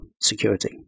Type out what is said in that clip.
security